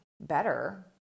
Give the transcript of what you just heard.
better